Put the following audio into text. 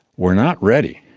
were not ready,